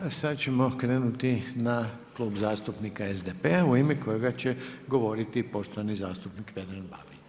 Sada ćemo krenuti na Klub zastupnika SDP-a u ime kojega će govoriti poštovani zastupnik Vedran Babić.